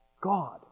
God